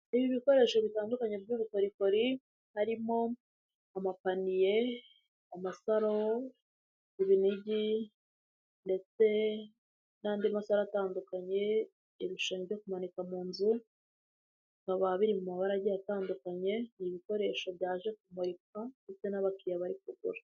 Ibikoresho bitandukanye by'ubukorikori harimo amapaniye, amasaro, ibinigi ndetse n'andi masaro atandukanye, ibishushanyo byo kumanika mu nzu, bikaba biri mu mabara agiye atandukanye, ni ibikoresho byaje kumurikwa ndetse n'abakiriya bari kugura.